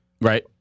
Right